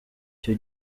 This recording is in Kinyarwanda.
icyo